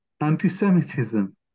anti-Semitism